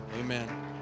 Amen